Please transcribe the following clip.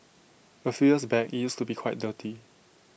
A few years back IT used to be quite dirty